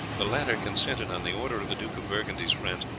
the latter consented, on the order of the duke of burgundy's friends,